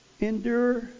endure